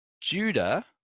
Judah